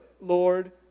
Lord